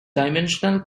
dimensional